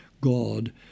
God